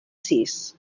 sis